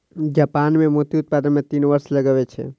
Japan मे मोती उत्पादन मे तीन वर्ष लगै छै